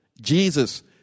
Jesus